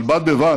אבל בד בבד